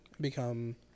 become